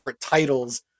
titles